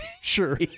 Sure